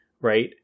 right